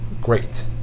Great